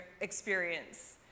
experience